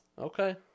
Okay